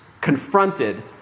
confronted